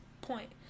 point